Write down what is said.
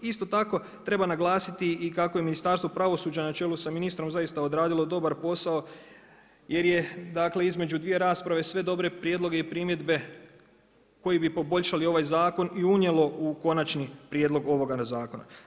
Isto tako treba naglasiti i kako je Ministarstvo pravosuđa na čelu sa ministrom zaista odradilo dobar posao jer je između dvije rasprave sve dobre prijedloge i primjedbe koji bi poboljšali ovaj zakon i unijelo u konačni prijedlog ovoga zakona.